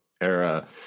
Era